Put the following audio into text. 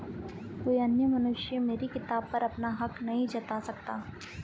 कोई अन्य मनुष्य मेरी किताब पर अपना हक नहीं जता सकता